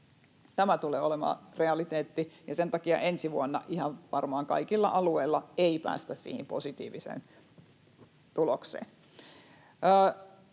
Tämä tulee olemaan realiteetti, ja sen takia ensi vuonna varmaan ihan kaikilla alueilla ei päästä siihen positiiviseen tulokseen.